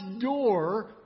door